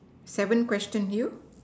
seven question you